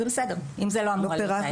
זה בסדר, עם זה לא אמורה להיות בעיה.